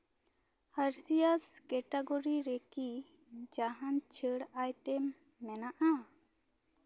ᱟᱨᱥᱤᱭᱟᱥ category ᱨᱮᱠᱤ ᱡᱟᱦᱟᱱ ᱪᱷᱟᱹᱲ ᱟᱭᱴᱮᱢ ᱢᱮᱱᱟᱜᱼᱟ